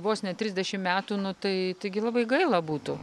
vos ne trisdešim metų nu tai taigi labai gaila būtų